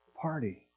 party